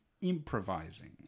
improvising